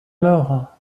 mort